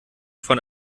von